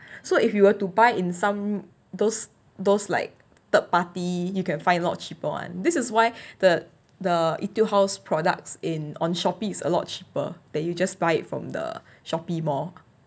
so if you were to buy in some those those like third party you can find a lot cheaper [one] this is why the the Etude House products in on Shopee is a lot cheaper than you just buy it from the Shopee mall